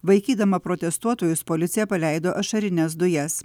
vaikydama protestuotojus policija paleido ašarines dujas